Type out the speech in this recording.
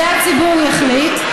זה הציבור יחליט,